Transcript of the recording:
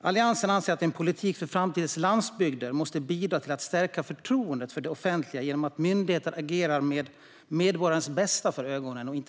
Alliansen anser att en politik för framtidens landsbygd måste bidra till att stärka förtroendet för det offentliga genom att myndigheter agerar med medborgarens, inte statens, bästa för ögonen.